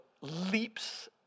leaps